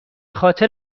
خاطر